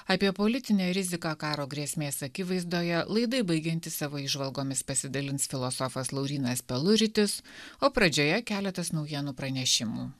apie politinę riziką karo grėsmės akivaizdoje laidai baigiantis savo įžvalgomis pasidalins filosofas laurynas peluritis o pradžioje keletas naujienų pranešimų